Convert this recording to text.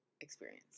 experience